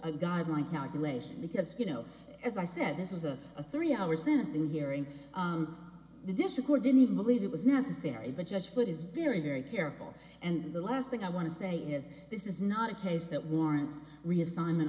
a guideline calculation because you know as i said this is a a three hour sensing here in the district or didn't believe it was necessary but just what is very very careful and the last thing i want to say is this is not a case that warrants reassign